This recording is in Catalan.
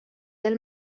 del